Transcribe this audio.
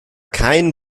kein